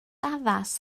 addas